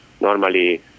normally